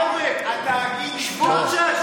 אין לי כוח לענות לך, אבל אתה מדבר שטויות.